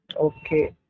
Okay